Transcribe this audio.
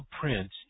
prince